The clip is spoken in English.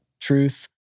truth